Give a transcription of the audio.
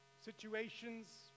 situations